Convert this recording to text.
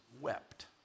wept